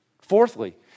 Fourthly